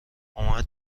اومد